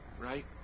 right